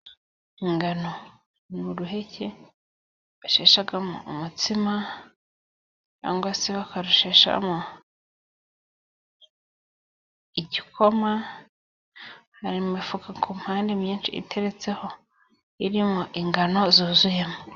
Ingano ni uruheke basheshamo umutsima， cyangwa se bakarusheshamo igikoma， hari imifuka ku mpande myinshi，iteretseho， irimo ingano zuzuyemo.